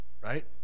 right